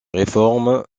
réformes